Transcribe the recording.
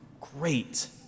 great